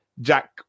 Jack